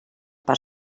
per